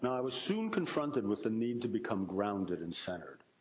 and i was soon confronted with the need to become grounded and centered.